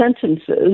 sentences